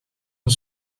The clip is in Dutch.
een